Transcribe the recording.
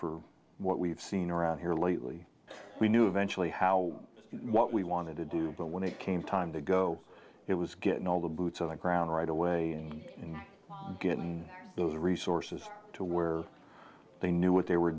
for what we've seen around here lately we knew eventually how what we wanted to do when it came time to go it was getting all the boots on the ground right away and getting those resources to where they knew what they were